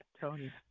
Tony